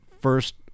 First